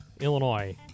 Illinois